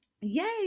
Yay